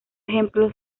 ejemplo